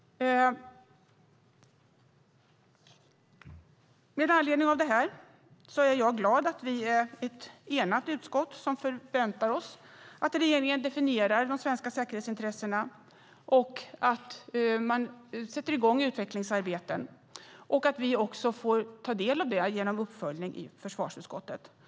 Med anledning av det här är jag glad över att vi är ett enat utskott. Vi förväntar oss att regeringen definierar de svenska säkerhetsintressena, att man sätter i gång utvecklingsarbeten och att också vi får ta del av det genom uppföljning i försvarsutskottet.